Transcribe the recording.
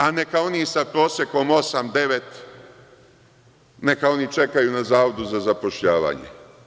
A neka oni sa prosekom osam, devet, čekaju na Zavodu za zapošljavanje.